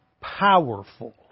powerful